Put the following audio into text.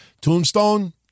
tombstone